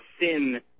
sin